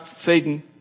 Satan